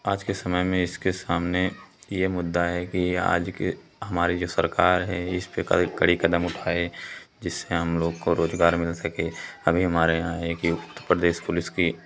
आज के समय में इसके सामने यह मुद्दा है कि आज की हमारी जो सरकार है इस प्रकार कड़े क़दम उठाए जिससे हम लोग को रोज़गार मिल सके अभी हमारे यहाँ एक युक्त प्रदेश पुलिस की